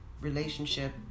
relationship